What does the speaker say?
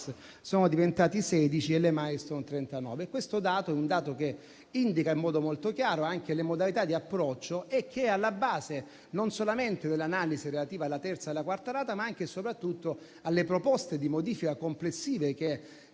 sono diventati 16 e le *milestone* sono 39. Questo dato indica in modo molto chiaro anche le modalità di approccio ed è alla base dell'analisi relativa non solo alla terza e alla quarta rata, ma anche e soprattutto alle proposte di modifica complessive che